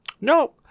No